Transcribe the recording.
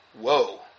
Whoa